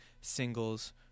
singles